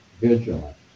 vigilant